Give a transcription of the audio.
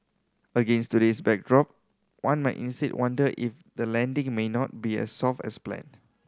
against today's backdrop one might instead wonder if the landing may not be as soft as planned